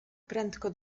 prędko